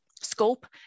scope